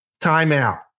timeout